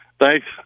Thanks